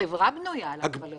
החברה בנויה על הגבלות.